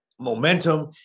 momentum